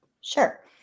Sure